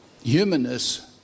humanness